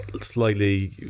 slightly